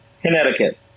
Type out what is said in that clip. Connecticut